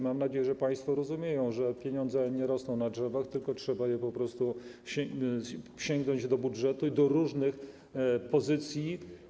Mam nadzieję, że państwo rozumieją, że pieniądze nie rosną na drzewach, tylko trzeba po prostu sięgnąć do budżetu i do różnych pozycji.